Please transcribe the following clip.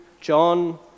John